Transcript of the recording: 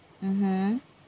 mmhmm